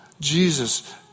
Jesus